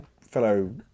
fellow